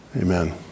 Amen